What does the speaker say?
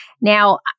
Now